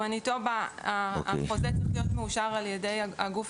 במניטובה החוזה צריך להיות מאושר על ידי הגוף